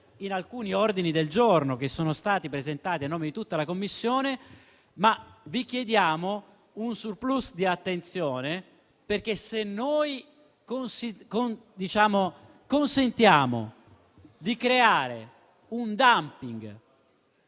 in alcuni ordini del giorno che sono stati presentati a nome di tutta la Commissione. Vi chiediamo però un *surplus* di attenzione perché, se noi consentiamo di creare un *dumping*